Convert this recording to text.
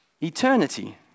eternity